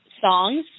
songs